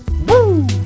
Woo